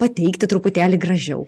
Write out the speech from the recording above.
pateikti truputėlį gražiau